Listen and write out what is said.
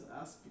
ask